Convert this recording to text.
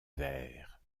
verts